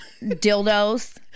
Dildos